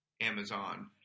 Amazon –